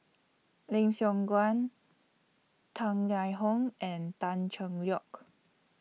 Lim Siong Guan Tang Liang Hong and Tan Cheng Lock